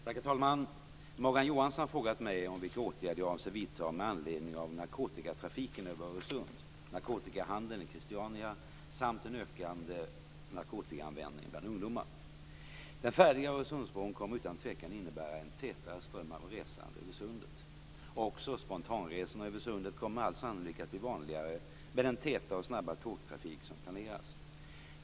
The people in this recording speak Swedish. Herr talman! Morgan Johansson har frågat mig vilka åtgärder jag avser att vidta med anledning av narkotikatrafiken över Öresund, narkotikahandeln i Christiania samt den ökande narkotikaanvändningen bland ungdomar. Den färdiga Öresundsbron kommer utan tvekan att innebära en tätare ström av resande över sundet. Också "spontanresorna" över sundet kommer med all sannolikhet att bli vanligare, med den täta och snabba tågtrafik som planeras.